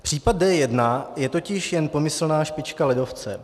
Případ D1 je totiž jen pomyslná špička ledovce.